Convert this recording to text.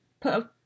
put